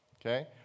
Okay